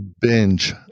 Binge